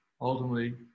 Ultimately